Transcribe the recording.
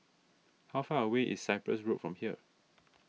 how far away is Cyprus Road from here